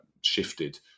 shifted